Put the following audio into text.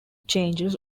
changes